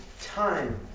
time